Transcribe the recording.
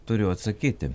turiu atsakyti